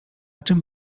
czym